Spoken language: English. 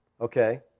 Okay